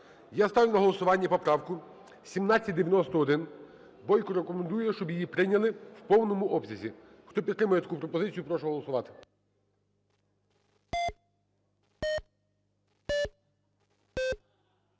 Я ставлю на голосування поправку 1791. Бойко рекомендує, щоб її прийняли в повному обсязі. Хто підтримує таку пропозицію, прошу голосувати.